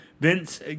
Vince